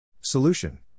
Solution